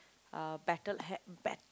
uh battle ha~ bet~